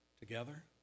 together